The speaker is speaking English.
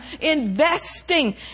Investing